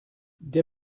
der